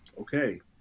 Okay